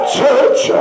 church